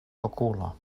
okulo